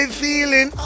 feeling